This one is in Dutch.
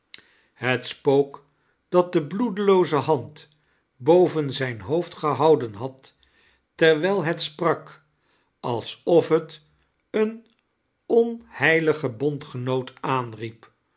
het spook dat de bloedlooze hand boven zijn hoofd gehouden had terwijl het sprak alsof het een onheiligen bondgenpot aanriep